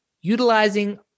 utilizing